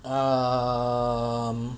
um